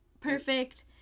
Perfect